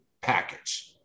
package